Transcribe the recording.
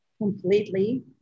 completely